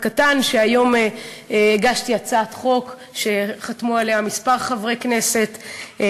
היום הגשתי הצעת חוק שחתמו עליה כמה חברי כנסת,